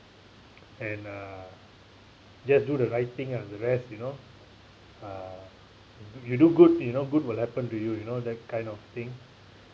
and uh just do the right thing ah the rest you know uh you do good you know good will happen to you you know that kind of thing